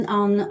on